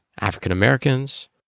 African-Americans